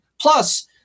Plus